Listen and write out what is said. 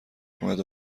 کند